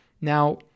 Now